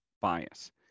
bias